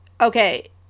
okay